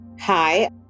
Hi